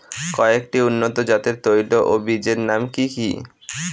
কয়েকটি উন্নত জাতের তৈল ও বীজের নাম কি কি?